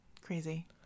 Crazy